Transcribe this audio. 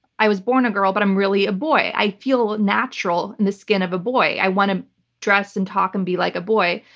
i was born a girl, but i'm really a boy. i feel natural in the skin of a boy. i want to dress and talk and be like a boy.